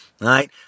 right